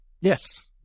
Yes